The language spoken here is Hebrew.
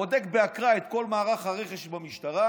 בודק באקראי את כל מערך הרכש במשטרה,